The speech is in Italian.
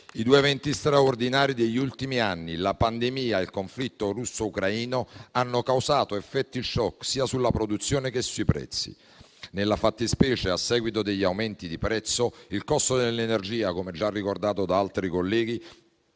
I due eventi straordinari degli ultimi anni (la pandemia e il conflitto russo-ucraino) hanno causato effetti *shock* sia sulla produzione che sui prezzi. Nella fattispecie, a seguito degli aumenti di prezzo, il costo dell'energia - come già ricordato da altri colleghi